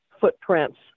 footprints